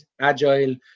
agile